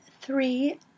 three